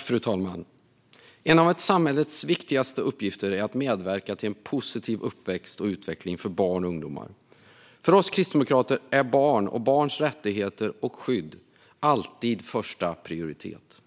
Fru talman! En av samhällets viktigaste uppgifter är att medverka till en positiv uppväxt och utveckling för barn och ungdomar. För oss kristdemokrater är barn och barns rättigheter och skydd alltid första prioritet.